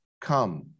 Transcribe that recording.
Come